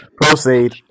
Proceed